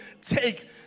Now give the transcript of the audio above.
take